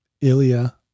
Ilya